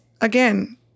again